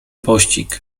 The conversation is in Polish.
pościg